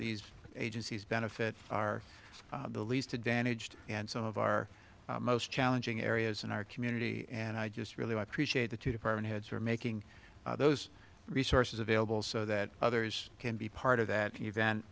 these agencies benefit are the least advantaged and some of our most challenging areas in our community and i just really appreciate the two department heads for making those resources available so that others can be part of that event